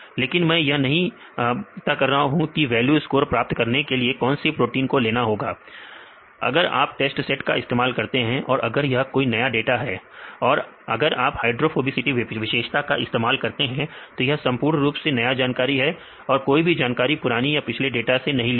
लेकिन मैं यह नहीं पता है की वैल्यू स्कोर प्राप्त करने के लिए कौनसी प्रोटीन को लेना होगा अगर आप टेस्ट सेट का इस्तेमाल करते हैं और अगर यह कोई नया डाटा है और आप अगर हाइड्रोफोबिसिटी विशेषता का इस्तेमाल करते हैं तो यह संपूर्ण रुप से नया जानकारी है और कोई भी जानकारी पुराने या पिछले डाटा से नहीं ली गई है